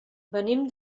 venim